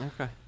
okay